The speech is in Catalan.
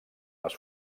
les